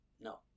no